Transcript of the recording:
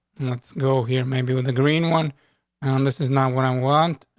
let's go here maybe with a green one on this is not what i want.